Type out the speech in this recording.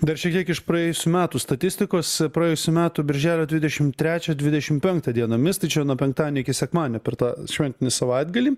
dar šiek tiek iš praėjusių metų statistikos praėjusių metų birželio dvidešim trečią dvidešim penktą dienomis tai čia nuo penktadienio iki sekmadienio per tą šventinį savaitgalį